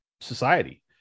society